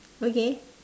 okay